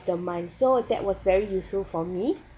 the month so that was very useful for me